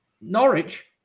Norwich